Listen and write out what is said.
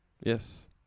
Yes